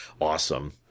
awesome